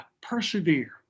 Persevere